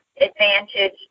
Advantage